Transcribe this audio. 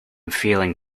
feeling